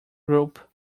group